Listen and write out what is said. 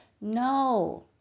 No